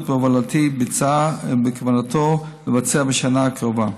בהובלתי ביצע ובכוונתו לבצע בשנה הקרובה.